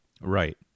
Right